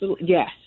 yes